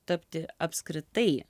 tapti apskritai